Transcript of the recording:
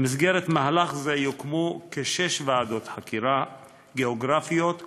במסגרת מהלך זה יוקמו כשש ועדות חקירה גיאוגרפיות קבועות,